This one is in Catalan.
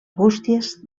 bústies